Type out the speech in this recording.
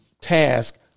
task